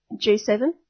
G7